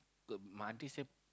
uh my aunty say